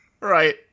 Right